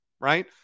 right